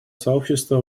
сообщества